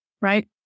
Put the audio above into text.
Right